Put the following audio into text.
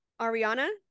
Ariana